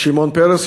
שמעון פרס,